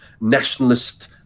nationalist